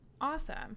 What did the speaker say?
Awesome